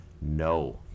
no